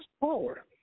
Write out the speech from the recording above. power